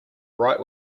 write